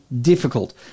difficult